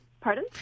Pardon